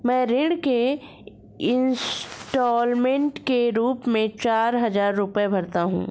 मैं ऋण के इन्स्टालमेंट के रूप में चार हजार रुपए भरता हूँ